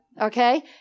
Okay